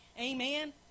Amen